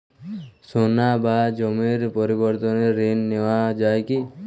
সোনা বা জমির পরিবর্তে ঋণ নেওয়া যায় কী?